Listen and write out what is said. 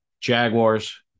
Jaguars